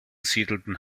siedelten